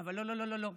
אבל לא לא לא לא לא,